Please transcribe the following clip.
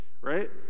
right